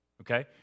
Okay